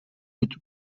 with